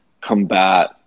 combat